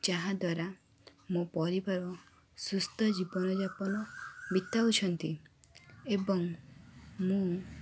ଯାହାଦ୍ଵାରା ମୋ ପରିବା ସୁସ୍ଥ ଜୀବନ ଯାପନ ବିତାଉଛନ୍ତି ଏବଂ ମୁଁ